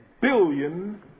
billion